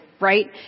Right